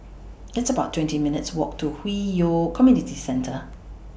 It's about twenty minutes' Walk to Hwi Yoh Community Centre